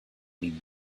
leave